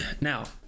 now